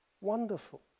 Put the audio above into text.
Wonderful